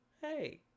hey